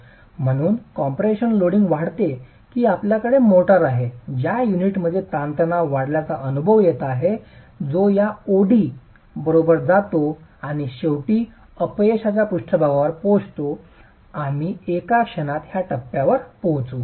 म्हणून compression loading वाढते की आपल्याकडे मोर्टार आहे ज्या युनिटमध्ये ताणतणाव वाढल्याचा अनुभव येत आहे जो या O D बरोबर जातो आणि शेवटी अपयशाच्या पृष्ठभागावर पोहोचतो आम्ही एका क्षणात त्या टप्प्यावर पोहोचू